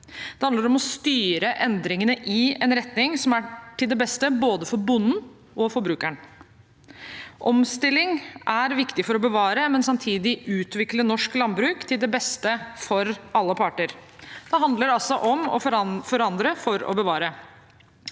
Det handler om å styre endringene i en retning som er til det beste for både bonden og forbrukeren. Omstilling er viktig for å bevare og for samtidig å utvikle norsk landbruk til det beste for alle parter. Det handler altså om å forandre for å bevare.